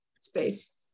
Space